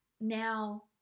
now